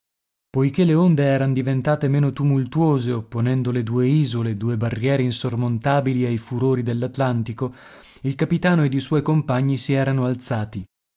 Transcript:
poiché le onde eran diventate meno tumultuose opponendo le due isole due barriere insormontabili ai furori dell'atlantico il capitano ed i suoi compagni si erano alzati